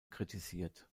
kritisiert